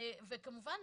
וכמובן,